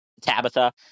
Tabitha